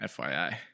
FYI